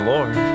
Lord